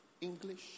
English